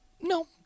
No